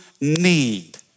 need